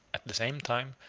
at the same time,